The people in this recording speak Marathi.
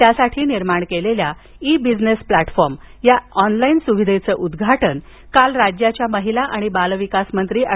त्यासाठी निर्माण केलेल्या ई बिझनेस प्लॅटफॉर्म या ऑनलाईन सुविधेचं उद्घाटन आज राज्याच्या महिला आणि बालविकास मंत्री एड